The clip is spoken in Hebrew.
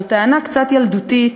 זו טענה קצת ילדותית,